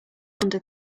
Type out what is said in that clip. under